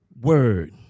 word